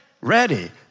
ready